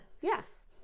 Yes